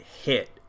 hit